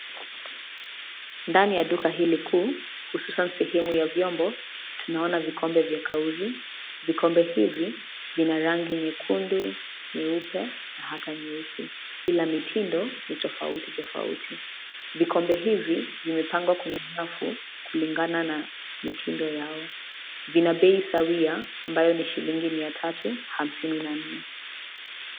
Ndani ya duka hili kuu hususani sehemu ya vyombo tunaona vikombe vya kauri vikombe hivi ni vina rangi ya nyekundu, nyeupe, hata nyeusi ila mitindo ni tofauti tofauti. Vikombe hivi vimepangwa kwenye rafu kulingana na mitindo yao vina bei sawia ambayo ni shilingi mia tatu hamsini na nne.